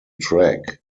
track